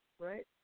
right